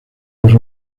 los